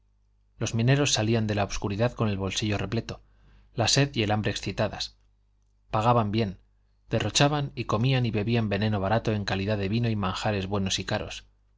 los mineros salían de la obscuridad con el bolsillo repleto la sed y el hambre excitadas pagaban bien derrochaban y comían y bebían veneno barato en calidad de vino y manjares buenos y caros